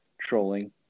trolling